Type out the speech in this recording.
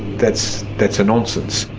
that's that's a nonsense.